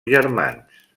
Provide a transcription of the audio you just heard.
germans